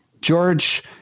George